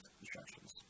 instructions